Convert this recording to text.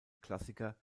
klassiker